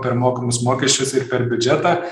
per mokamus mokesčius ir per biudžetą